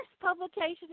publication